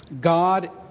God